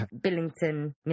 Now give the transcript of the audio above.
Billington